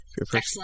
Excellent